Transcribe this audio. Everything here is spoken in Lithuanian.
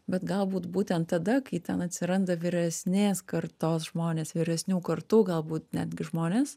bet galbūt būtent tada kai ten atsiranda vyresnės kartos žmonės vyresnių kartų galbūt netgi žmonės